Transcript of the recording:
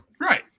Right